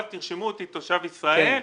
אבל תרשמו אותי כתושב ישראל,